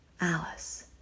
Alice